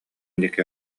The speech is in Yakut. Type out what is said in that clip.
диэки